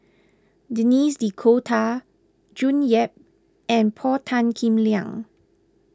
Denis D'Cotta June Yap and Paul Tan Kim Liang